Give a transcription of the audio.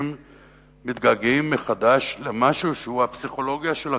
מתגעגעים מחדש למשהו שהוא הפסיכולוגיה של הכלכלה,